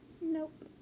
Nope